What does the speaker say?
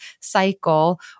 cycle